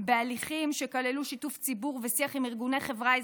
בהליכים שכללו שיתוף ציבור ושיח עם ארגוני חברה אזרחית,